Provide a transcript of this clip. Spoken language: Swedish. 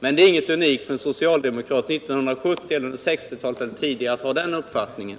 Men det är ingenting unikt för en socialdemokrat 1970 eller tidigare att ha den uppfattningen.